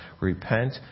repent